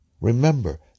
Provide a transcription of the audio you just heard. Remember